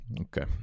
Okay